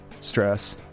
stress